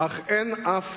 אך אין אף